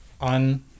on